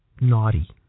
naughty